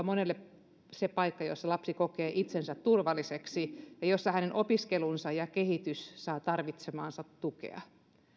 monelle se paikka jossa lapsi kokee olonsa turvalliseksi ja jossa hänen opiskelunsa ja kehityksensä saa tarvitsemaansa tukea